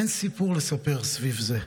אין סיפור לספר סביב זה,